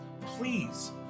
please